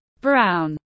Brown